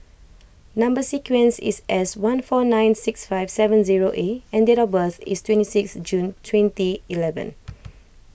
Number Sequence is S one four nine six five seven zero A and date of birth is twenty six June twenty eleven